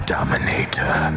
Dominator